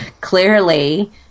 clearly